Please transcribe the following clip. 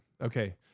Okay